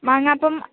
മാങ്ങ അപ്പം